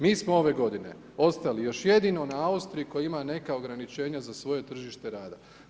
Mi smo ove godine, ostali još jedino na Austriji koja ima neka ograničenja za svoje tržište rada.